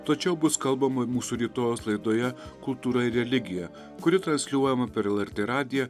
plačiau bus kalbama mūsų rytojaus laidoje kultūra ir religija kuri transliuojama per lrt radiją